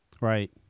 Right